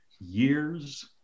Years